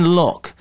lock